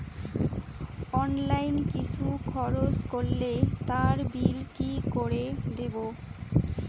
Online কিছু খরচ করলে তার বিল কি করে দেবো?